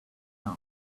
else